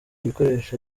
ibikoresho